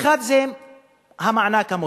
האחת, המענק המותנה,